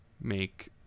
make